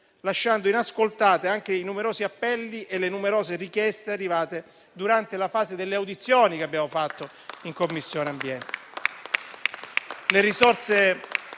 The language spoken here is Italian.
lasciando inascoltati anche i numerosi appelli e le numerose richieste arrivate durante la fase delle audizioni che abbiamo svolto in Commissione ambiente.